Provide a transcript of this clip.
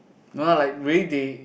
no lah like way they